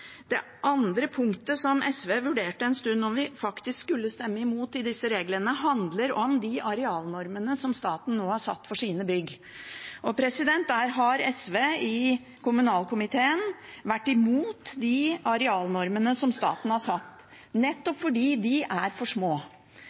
Det andre punktet som vi i SV en stund vurderte om vi faktisk skulle stemme imot i forbindelse med disse reglene, handler om de arealnormene som staten nå har satt for sine bygg. SV har i kommunalkomiteen vært imot de arealnormene som staten har satt, nettopp fordi de er for små.